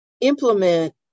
implement